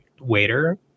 waiter